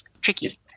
tricky